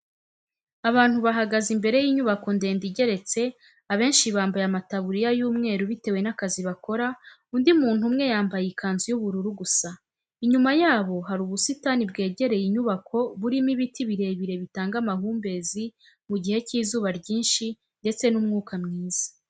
Abantu bahagaze imbere y'inyubako ndende igeretse, abenshi bambaye amataburiya y'umweru bitewe n'akazi bakora, undi muntu umwe yambaye ikanzu y'ubururu gusa, inyuma yabo hari ubusitani bwegereye inyubako burimo ibiti birebire bitanga amahumbezi mu gihe cy'izuba ryinshi ndetse n'umwuka mwiza.